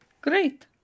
Great